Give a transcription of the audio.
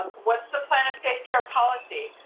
what's the plan of safe care policy?